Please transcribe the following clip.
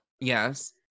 Yes